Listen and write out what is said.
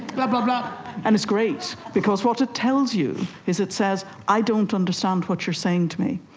but but and it's great because what it tells you is it says i don't understand what you're saying to me,